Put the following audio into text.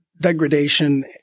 degradation